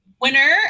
winner